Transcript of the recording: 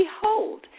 behold